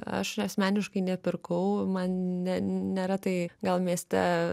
aš asmeniškai nepirkau man ne nėra tai gal mieste